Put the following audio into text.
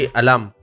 alam